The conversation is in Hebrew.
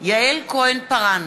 יעל כהן-פארן,